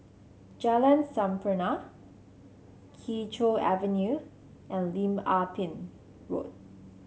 Jalan Sampurna Kee Choe Avenue and Lim Ah Pin Road